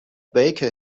baker